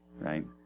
right